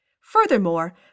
Furthermore